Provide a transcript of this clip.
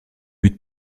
buts